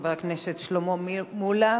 חבר הכנסת שלמה מולה.